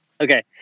Okay